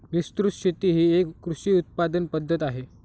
विस्तृत शेती ही एक कृषी उत्पादन पद्धत आहे